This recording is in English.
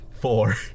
four